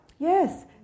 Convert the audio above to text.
Yes